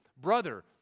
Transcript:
brother